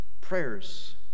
prayers